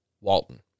Walton